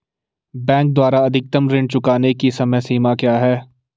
Bank द्वारा अधिकतम ऋण चुकाने की समय सीमा क्या है?